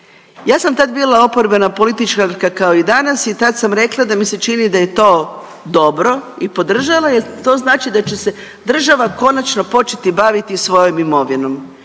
Ja sam tad bila oporbena političarka kao i danas i tad sam rekla da mi se čini da je to dobro i podržala jer to znači da će se država konačno početi baviti svojom imovinom.